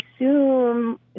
assume